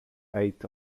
eight